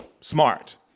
smart